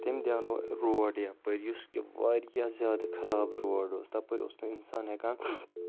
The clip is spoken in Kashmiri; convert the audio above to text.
تٔمۍ دیٛانو روڈ یَپٲرۍ یُس کہِ واریاہ زیادٕ خراب روڈ اوس تَپٲرۍ اوس نہٕ اِنسان ہٮ۪کان